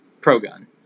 pro-gun